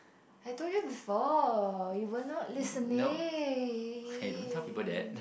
I told you before you were not listening